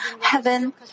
heaven